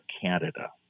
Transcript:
Canada